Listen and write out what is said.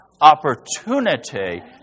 opportunity